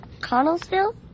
Connellsville